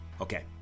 Okay